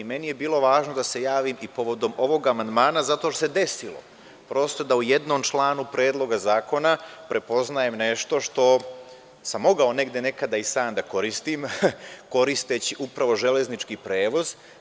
Meni je bilo važno da se javim i povodom ovog amandmana zato što se desilo da u jednom članu Predloga zakona prepoznajem nešto što sam mogao negde nekada i sam da koristim, koristeći upravo železnički prevoz.